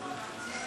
בהחלט.